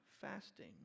fasting